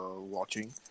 watching